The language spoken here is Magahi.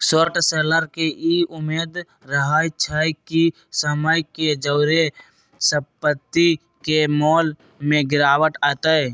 शॉर्ट सेलर के इ उम्मेद रहइ छइ कि समय के जौरे संपत्ति के मोल में गिरावट अतइ